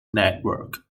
network